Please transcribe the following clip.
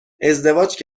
ازدواج